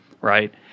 right